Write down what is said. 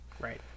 Right